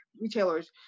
retailers